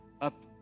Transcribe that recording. up